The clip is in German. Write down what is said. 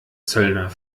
zöllner